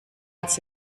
als